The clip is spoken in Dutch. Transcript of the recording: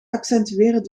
accentueren